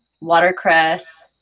Watercress